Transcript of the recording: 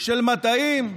של מטעים,